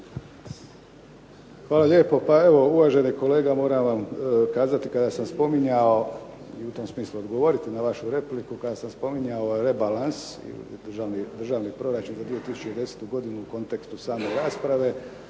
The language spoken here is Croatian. Hvala lijepo. Pa evo uvaženi kolega moram vam kazati kada sam spominjao, i u tom smislu odgovoriti na vašu repliku, kada sam spominjao rebalans ili državni proračun za 2010. godinu u kontekstu same rasprave,